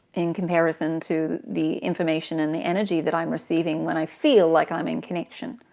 in comparison to the information and the energy that i'm receiving when i feel like i'm in connection.